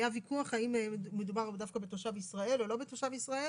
היה ויכוח האם מדובר דווקא בתושב ישראל או לא בתושב ישראל.